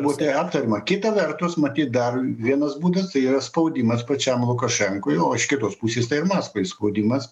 būti aptariama kita vertus matyt dar vienas būdas tai yra spaudimas pačiam lukašenkui o iš kitos pusės tai ir maskvai spaudimas